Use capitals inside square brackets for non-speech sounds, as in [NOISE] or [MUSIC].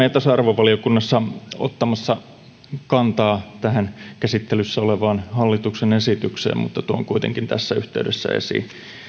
[UNINTELLIGIBLE] ja tasa arvovaliokunnassa ottamassa kantaa tähän käsittelyssä olevaan hallituksen esitykseen mutta tuon kuitenkin tässä yhteydessä esiin